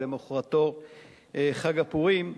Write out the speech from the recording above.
ולמחרתו חג הפורים.